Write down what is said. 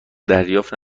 دریافت